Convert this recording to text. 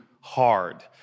hard